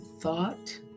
thought